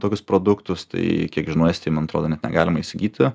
tokius produktus tai kiek žinau estijoj man atrodo net negalima įsigyti